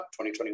2021